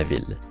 in